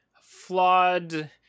flawed